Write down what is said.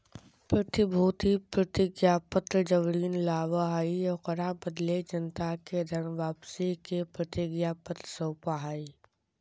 प्रतिभूति प्रतिज्ञापत्र जब ऋण लाबा हइ, ओकरा बदले जनता के धन वापसी के प्रतिज्ञापत्र सौपा हइ